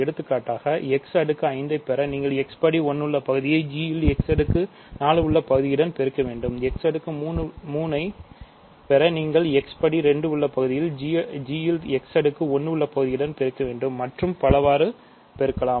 எடுத்துக்காட்டாக x அடுக்கு 5 ஐப் பெற நீங்கள் x படி 1 உள்ள பகுதியை g ல் x அடுக்கு 4 பகுதியுடன் பெருக்கவேண்டும் x அடுக்கு 3 ஐப் பெற நீங்கள் x படி 2 உள்ள பகுதியை g ல் x அடுக்கு 1 பகுதியுடன் பெருக்க வேண்டும் மற்றும் பலவாறு பெருக்கலாம்